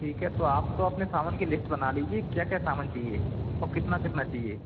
ठीक है तो आप तो अपने सामान की लिश्ट बना लीजिए क्या क्या सामान चाहिए और कितना कितना चाहिए